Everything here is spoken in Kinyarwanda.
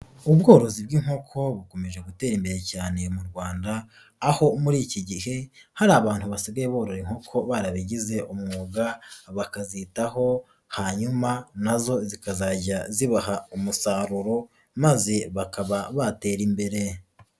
Ubworozi bw'inkoko bukomeje gutera imbere cyane mu Rwanda, aho muri iki gihe hari abantu basigaye borora inkoko barabigize umwuga, bakazitaho, hanyuma nazo zikazajya zibaha umusaruro maze bakaba batera imbere.